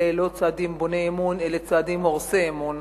אלה לא צעדים בוני אמון, אלא צעדים הורסי אמון.